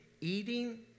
eating